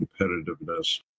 competitiveness